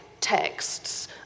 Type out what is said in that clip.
texts